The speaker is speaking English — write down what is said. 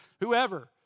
whoever